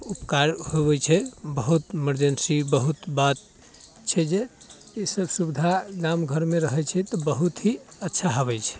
उपकार होबैत छै बहुत मर्जेन्सी बहुत बात छै जे ई सभ सुविधा जहन हम घरमे रहैत छियै तऽ बहुत ही अच्छा होबैत छै